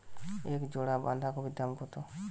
এক জোড়া বাঁধাকপির দাম কত?